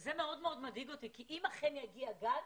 וזה מאוד מאוד מדאיג אותי כי אם יגיע גל,